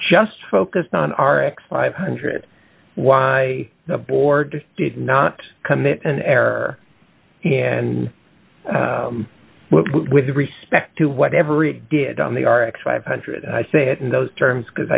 just focused on r x five hundred why the board did not commit an error and with respect to what every did on the r x five hundred i say it in those terms because